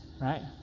right